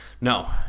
No